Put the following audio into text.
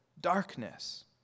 Darkness